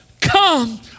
come